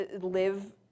live